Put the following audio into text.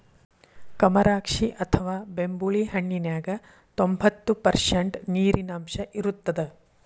ಕಮರಾಕ್ಷಿ ಅಥವಾ ಬೆಂಬುಳಿ ಹಣ್ಣಿನ್ಯಾಗ ತೋಭಂತ್ತು ಪರ್ಷಂಟ್ ನೇರಿನಾಂಶ ಇರತ್ತದ